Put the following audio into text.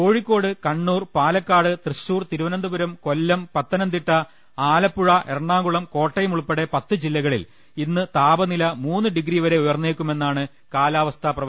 കോഴി ക്കോട് കണ്ണൂർ പാലക്കാട് തൃശൂർ തിരുവനന്തപുരം കൊല്ലം പത്തനംതിട്ട ആലപ്പുഴ എറണാകുളം കോട്ടയം ഉൾപ്പെടെ പത്ത് ജില്ലകളിൽ ഇന്ന് താപനില മൂന്ന് ഡിഗ്രി വരെ ഉയർന്നേക്കുമെന്നാണ് കാലാവസ്ഥാ പ്രവചനം